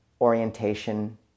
orientation